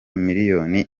miliyoni